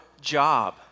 job